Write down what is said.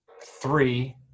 three